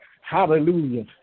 hallelujah